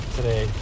Today